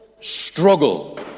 Struggle